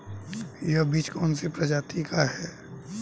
यह बीज कौन सी प्रजाति का है?